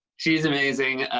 she's amazing.